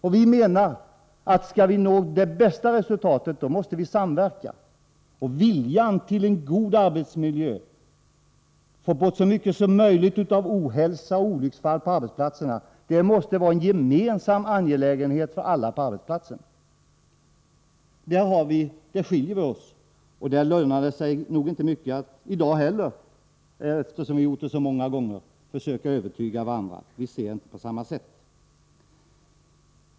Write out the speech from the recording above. Vi däremot anser att om vi skall nå det bästa resultatet, så måste vi samverka. En god arbetsmiljö och strävan att få bort så mycket som möjligt av ohälsa och olycksfall på arbetsplatserna måste vara en gemensam angelägenhet för alla på arbetsplatsen. Där skiljer vi oss, och där lönar det sig nog inte att vi i dag försöker övertyga varandra — det har vi försökt göra så många gånger tidigare. Vi ser inte saken på samma sätt.